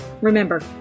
Remember